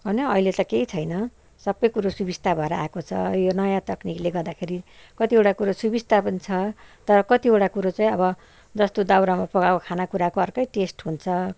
होइन अहिले त केही छैन सबै कुरा सुबिस्ता भएर आएको छ यो नयाँ तकनिकले गर्दाखेरि कतिवटा कुरो सुबिस्ता पनि छ तर कतिवटा कुरो चाहिँ अब जस्तो दाउरामा पकाएको खानाकुराको अर्कै टेस्ट हुन्छ